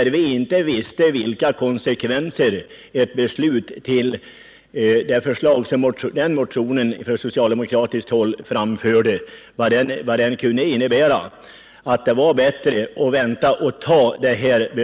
att vi inte visste vilka konsekvenser ett beslut i enlighet med den motion som socialdemokraterna då hade lagt fram skulle få. Jag ansåg därför att det var bättre att vänta på ett beslut som var ännu bättre.